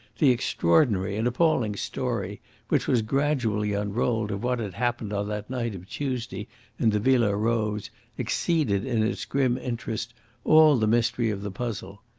the extraordinary and appalling story which was gradually unrolled of what had happened on that night of tuesday in the villa rose exceeded in its grim interest all the mystery of the puzzle.